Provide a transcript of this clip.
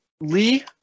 Lee